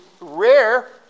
rare